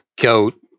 goat